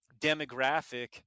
demographic